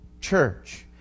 church